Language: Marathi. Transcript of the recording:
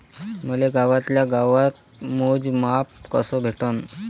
मले गावातल्या गावात मोजमाप कस भेटन?